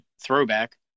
throwback